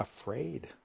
afraid